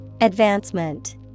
Advancement